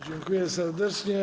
Dziękuję serdecznie.